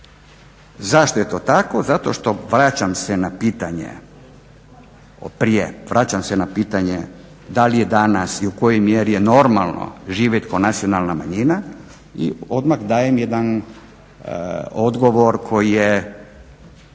Zašto je to tako? Zato što vraćam se na pitanje prije, vraćam se na pitanje da li je danas u kojoj mjeri je normalno živjeti kao nacionalna manjina i odmah dajem jedan odgovor koji je,